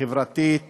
חברתית